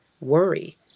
worry